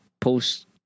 post